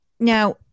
Now